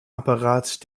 apparat